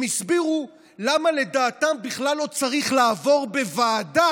הם הסבירו למה לדעתם בכלל לא צריך לעבור בוועדה,